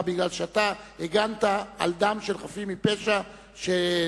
כי אתה הגנת על דם של חפים מפשע שנפגעו,